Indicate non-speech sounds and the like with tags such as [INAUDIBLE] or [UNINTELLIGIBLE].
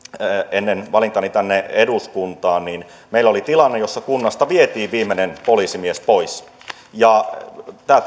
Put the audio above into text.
ennen valintaani tänne eduskuntaan meillä oli tilanne jossa kunnasta vietiin viimeinen poliisimies pois tämä [UNINTELLIGIBLE]